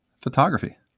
photography